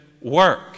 work